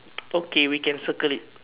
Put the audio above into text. okay we can circle it